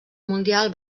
mundial